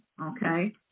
okay